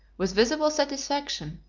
with visible satisfaction,